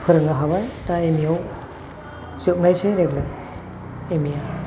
फोरोंनो हाबाय दा एम ए आव जोबनायसै देग्लाय एम ए आ